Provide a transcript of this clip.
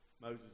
Moses